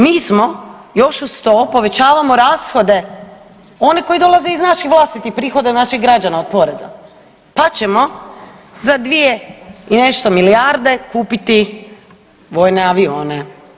Mi smo još uz to povećavamo rashode oni koji dolaze iz naših vlastitih prihoda naših građana od poreza, pa ćemo za dvije i nešto milijarde kupiti vojne avione.